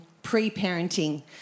Pre-parenting